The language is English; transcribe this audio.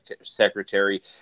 secretary